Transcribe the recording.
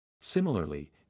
Similarly